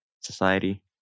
society